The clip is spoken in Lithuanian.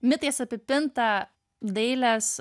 mitais apipintą dailės